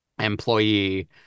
employee